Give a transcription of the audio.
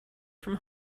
from